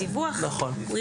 זה